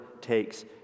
takes